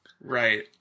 right